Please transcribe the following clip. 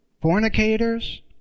fornicators